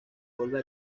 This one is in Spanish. vuelve